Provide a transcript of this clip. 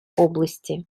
области